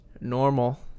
Normal